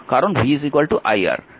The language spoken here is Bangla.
কারণ v iR